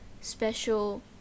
special